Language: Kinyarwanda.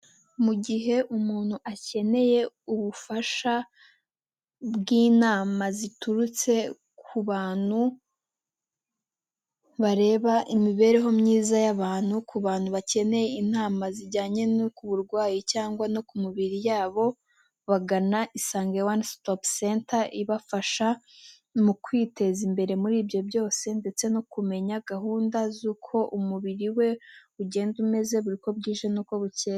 Mu gihe umuntu akeneye ubufasha bw'inama ziturutse ku bantu bareba imibereho myiza y'abantu ku bantu bakeneye inama zijyanye no ku burwayi cyangwa no ku mibiri yabo bagana Isange One Stop Center, ibafasha mu kwiteza imbere muri ibyo byose ndetse no kumenya gahunda z'uko umubiri we ugenda umeze buri uko bwije n'uko bukeye.